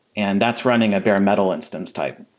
and that's running a bare-metal instance type.